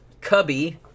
cubby